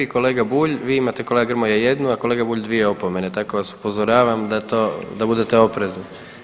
Kolega Bulj, vi imate, kolega Grmoja jednu, a kolega Bulj dvije opomene, tako da vas upozoravam da budete oprezni.